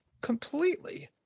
completely